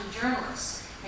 journalists